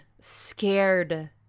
scared